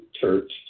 Church